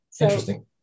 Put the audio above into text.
Interesting